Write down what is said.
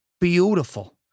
beautiful